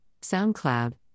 SoundCloud